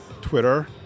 Twitter